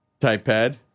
Typepad